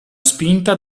spinta